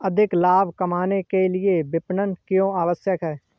अधिक लाभ कमाने के लिए विपणन क्यो आवश्यक है?